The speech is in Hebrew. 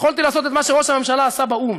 יכולתי לעשות את מה שראש הממשלה עשה באו"ם,